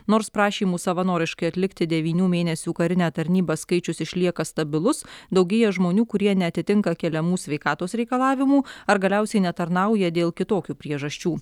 nors prašymų savanoriškai atlikti devynių mėnesių karinę tarnybą skaičius išlieka stabilus daugėja žmonių kurie neatitinka keliamų sveikatos reikalavimų ar galiausiai netarnauja dėl kitokių priežasčių